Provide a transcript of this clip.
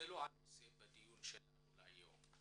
זה לא הנושא לדיון שלנו היום.